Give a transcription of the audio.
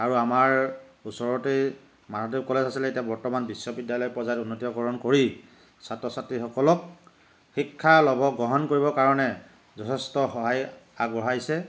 আৰু আমাৰ ওচৰতে মাধবদেৱ কলেজ আছিলে এতিয়া বৰ্তমান বিশ্ববিদ্যালয় পৰ্য্যায়ত উন্নীতকৰণ কৰি ছাত্ৰ ছাত্ৰীসকলক শিক্ষা লভ গ্ৰহণ কৰিবৰ কাৰণে যথেষ্ট সহায় আগবঢ়াইছে